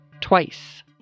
twice